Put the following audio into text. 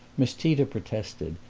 miss tita protested,